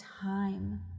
time